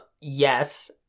Yes